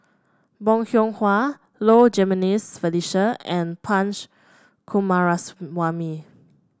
Bong Hiong Hwa Low Jimenez Felicia and Punch Coomaraswamy